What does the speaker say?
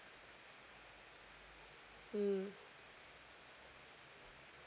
mm